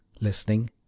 listening